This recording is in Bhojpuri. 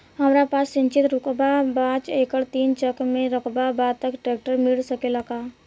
हमरा पास सिंचित रकबा पांच एकड़ तीन चक में रकबा बा त ट्रेक्टर ऋण मिल सकेला का?